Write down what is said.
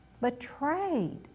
betrayed